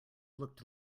looked